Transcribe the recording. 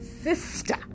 sister